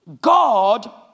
God